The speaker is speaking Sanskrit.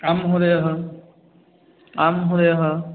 आं महोदयः आं महोदयः